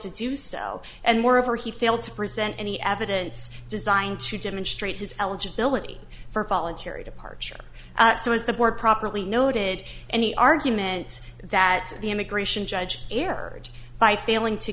to do so and moreover he failed to present any evidence designed to demonstrate his eligibility for voluntary departure so as the board properly noted and the arguments that the immigration judge aired by failing to